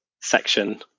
section